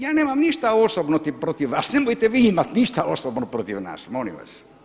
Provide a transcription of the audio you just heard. Ja nemam ništa osobno protiv vas, nemojte vi imati ništa osobno protiv nas molim vas.